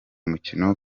mukino